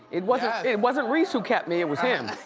it wasn't it wasn't reece who kept me, it was him.